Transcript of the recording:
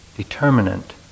determinant